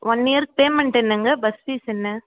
one இயர்க்கு payment என்னங்க bus fees என்ன